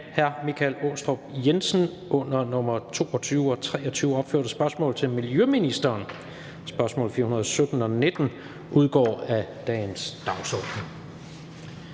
af hr. Michael Aastrup Jensen (V) under nr. 22) og 23) opførte spørgsmål til miljøministeren (spm. nr. S 417 og S 419) udgår af dagens dagsorden.